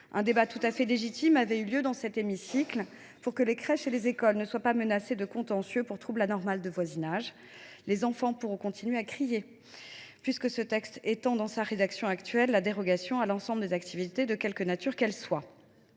Un débat tout à fait légitime avait eu lieu dans cet hémicycle pour que les crèches et les écoles ne soient pas menacées de contentieux pour trouble anormal de voisinage. Les enfants pourront continuer de crier, puisque ce texte étend dans sa rédaction actuelle la dérogation à l’ensemble des activités, de quelque nature qu’elles soient.